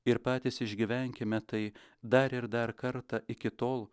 ir patys išgyvenkime tai dar ir dar kartą iki tol